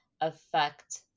affect